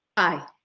i